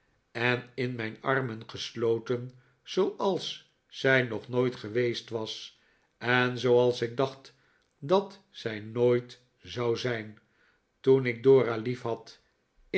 en in mijn armen geslpten zooals zij nog nooit geweest was en zooals ik dacht dat zij nooit zou zijn toen ik dora liefhad